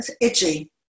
itchy